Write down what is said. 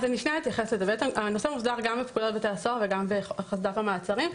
הנושא הוסדר גם בפקודת בתי הסוהר וגם בחסד"פ המעצרים.